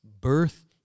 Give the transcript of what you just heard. birth